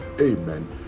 amen